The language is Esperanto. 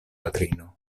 patrino